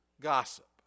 gossip